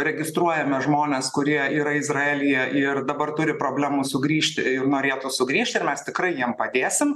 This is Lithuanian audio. registruojame žmones kurie yra izraelyje ir dabar turi problemų sugrįžti norėtų sugrįžt ir mes tikrai jiem padėsim